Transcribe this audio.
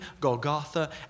Golgotha